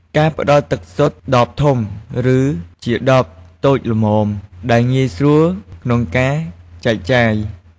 គួរផ្តល់ទឹកសុទ្ធដបធំ ឬជាដបតូចល្មមដែលងាយស្រួលក្នុងការចែកចាយ។